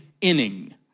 inning